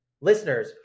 Listeners